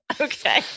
Okay